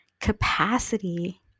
capacity